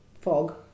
fog